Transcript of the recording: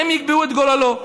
הם יקבעו את גורלו.